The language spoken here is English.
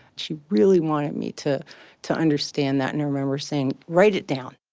she really wanted me to to understand that and remember saying, write it down